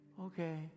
Okay